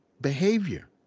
behavior